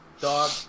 Dog